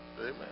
Amen